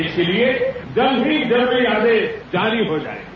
इसके लिए जल्द ही यह आदेश जारी हो जाएगा